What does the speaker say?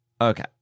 Okay